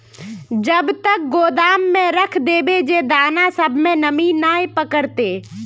कब तक गोदाम में रख देबे जे दाना सब में नमी नय पकड़ते?